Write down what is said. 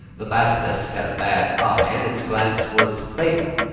the basilisk had a bad eye, and its glance was fatal.